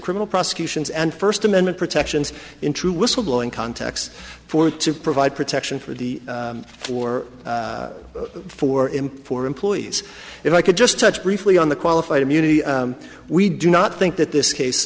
criminal prosecutions and first amendment protections into whistle blowing contacts for to provide protection for the floor for him for employees if i could just touch briefly on the qualified immunity we do not think that this case